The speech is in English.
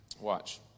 watch